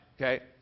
okay